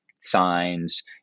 signs